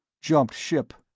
jumped ship!